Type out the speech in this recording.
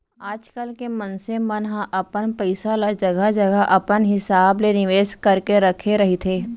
आजकल के मनसे मन ह अपन पइसा ल जघा जघा अपन हिसाब ले निवेस करके रखे रहिथे